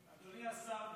אדוני השר,